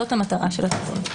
זאת המטרה של התיקון.